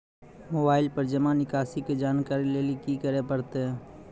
Mobile पर जमा निकासी के जानकरी लेली की करे परतै?